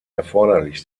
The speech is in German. erforderlich